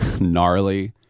gnarly